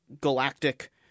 galactic